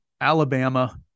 Alabama